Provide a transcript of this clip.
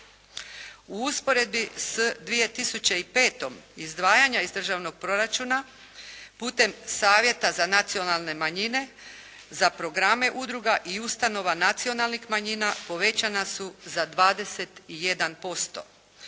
U usporedbi sa 2005. izdvajanja iz Državnog proračuna putem Savjeta za nacionalne manjine, za programe udruga i ustanova nacionalnih manjina povećana su za 21%.